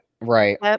right